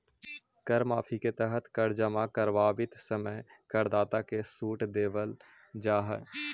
कर माफी के तहत कर जमा करवावित समय करदाता के सूट देल जाऽ हई